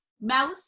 mouth